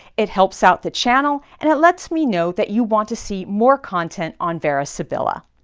it helps out the channel and it lets me know that you want to see more content on vera sibilla.